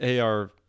AR